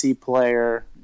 player